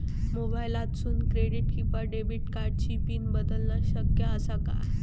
मोबाईलातसून क्रेडिट किवा डेबिट कार्डची पिन बदलना शक्य आसा काय?